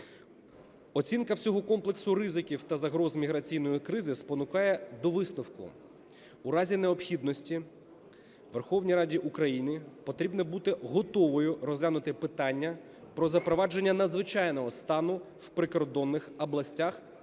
Оцінка всього комплексу ризиків та загроз міграційної кризи спонукає до висновку: у разі необхідності Верховній Раді України потрібно бути готовою розглянути питання про запровадження надзвичайного стану в прикордонних областях або